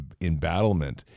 embattlement